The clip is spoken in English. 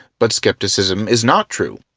but skepticism is not true,